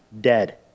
dead